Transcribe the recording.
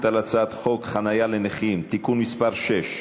על הצעת חוק חניה לנכים (תיקון מס' 6)